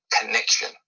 connection